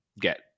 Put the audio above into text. get